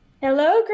Hello